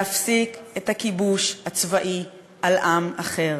להפסיק את הכיבוש הצבאי על עם אחר,